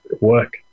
work